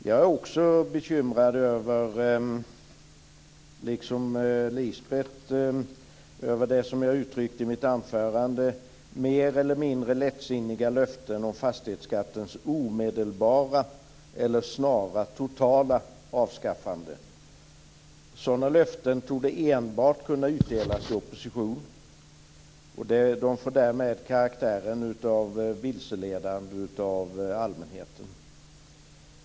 Jag är, liksom Lisbeth, bekymrad över det som jag i mitt anförande uttryckte som mer eller mindre lättsinniga löften om fastighetsskattens omedelbara eller snara totala avskaffande. Sådana löften torde enbart kunna utdelas i opposition. De får därmed karaktären av vilseledande av allmänheten.